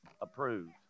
approved